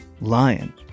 Lion